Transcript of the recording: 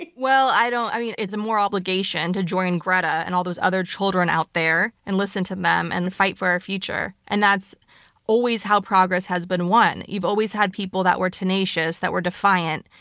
like well, i don't i mean, it's a moral obligation to join greta and all those other children out there and listen to them and fight for our future. and that's always how progress has been won. you've always had people that were tenacious, that were defiant,